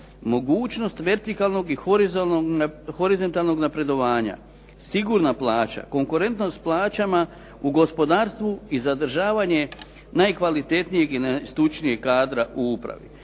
mogućnost vertikalnog i horizontalnog napredovanja, sigurna plaća, konkurentnost plaćama u gospodarstvu i zadržavanje najkvalitetnijeg i najstručnijeg kadra u upravi.